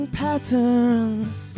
patterns